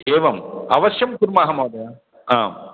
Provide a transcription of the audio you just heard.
एवम् अवश्यं कुर्मः महोदय आम्